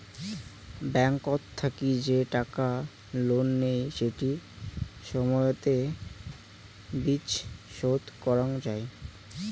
ব্যাংকত থাকি যে টাকা লোন নেই সেটি সময়তের বিচ শোধ করং যাই